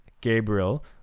Gabriel